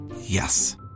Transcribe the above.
Yes